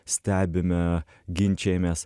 stebime ginčijamės